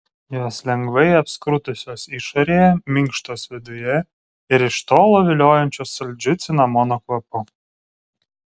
jos lengvai apskrudusios išorėje minkštos viduje ir iš tolo viliojančios saldžiu cinamono kvapu